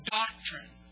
doctrine